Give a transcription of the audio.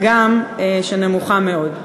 הגם שהיא נמוכה מאוד.